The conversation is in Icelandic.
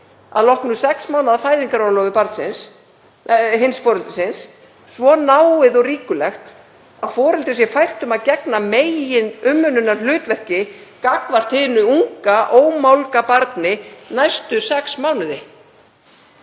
að loknu sex mánaða fæðingarorlofi hins foreldrisins svo náið og ríkulegt að foreldrið sé fært um að gegna meginumönnunarhlutverki gagnvart hinu unga ómálga barni næstu sex mánuði.